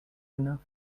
enough